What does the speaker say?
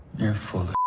you're full